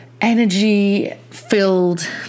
energy-filled